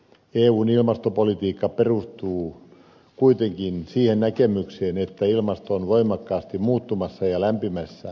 eun ilmastopolitiikka perustuu kuitenkin siihen näkemykseen että ilmasto on voimakkaasti muuttumassa ja lämpiämässä